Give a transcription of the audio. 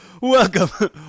welcome